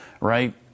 right